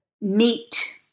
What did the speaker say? meet